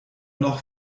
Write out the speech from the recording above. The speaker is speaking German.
noch